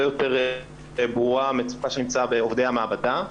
יותר ברורה המצוקה שנמצאה בעובדי המעבדה.